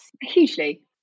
hugely